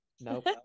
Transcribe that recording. Nope